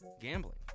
gambling